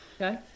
okay